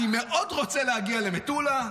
אני מאוד רוצה להגיע למטולה,